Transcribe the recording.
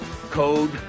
code